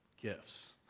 gifts